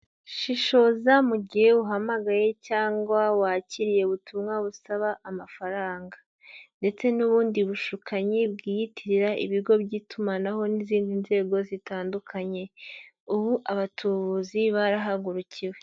Shishoza mu gihe uhamagaye cyangwa wakiriye ubutumwa busaba amafaranga ndetse n'ubundi bushukanyi bwiyitirira ibigo by'itumanaho n'izindi nzego zitandukanye. Ubu abatubuzi barahagurukiwe.